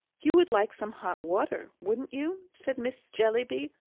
you would like some hot water, wouldn't you? said miss jellyby,